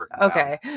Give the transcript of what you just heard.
Okay